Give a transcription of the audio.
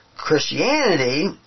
Christianity